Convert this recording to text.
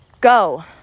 go